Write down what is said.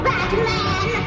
Batman